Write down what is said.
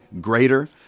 greater